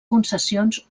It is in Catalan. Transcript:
concessions